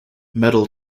metal